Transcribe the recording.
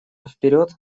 вперед